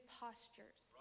postures